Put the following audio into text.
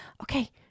okay